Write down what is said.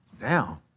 Now